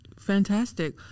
Fantastic